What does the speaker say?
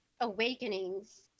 awakenings